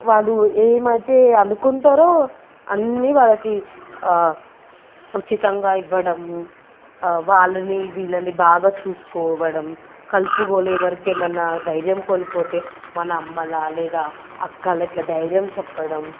వాళ్ళు ఏమైతే అనుకుంటారో అన్నీ వాళ్ళకి ఉచితంగా ఇవ్వడం వాళ్ళని వీళ్ళని బాగా చూసుకోవడం కలుపుగోలు ఎవరికి ఏమైనా దైర్యం కోల్పోతే మన అమ్మలా లేదా అక్కలా ఇట్లా ధైర్యం చెప్పడం